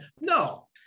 no